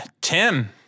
Tim